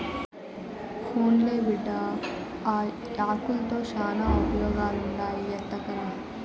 పోన్లే బిడ్డా, ఆ యాకుల్తో శానా ఉపయోగాలుండాయి ఎత్తకరా